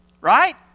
Right